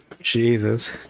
Jesus